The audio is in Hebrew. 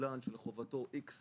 קבלן שלחובתו איקס